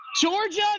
Georgia